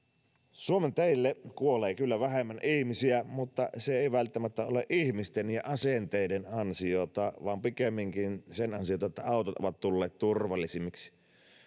suomen teille kuolee kyllä vähemmän ihmisiä mutta se ei välttämättä ole ihmisten ja asenteiden ansiota vaan pikemminkin sen ansiota että autot ovat tulleet turvallisemmiksi